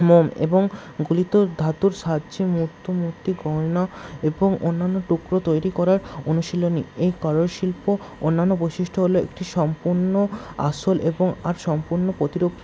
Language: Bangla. মোম এবং গলিত ধাতুর সাহায্যে মূর্ত মূর্তি গয়না এবং অন্যান্য টুকরো তৈরি করার অনুশীলনী এই কারুর শিল্প অন্যান্য বৈশিষ্ট হলো এটি সম্পূর্ণ আসল এবং আর সম্পূর্ণ প্রতিরূপ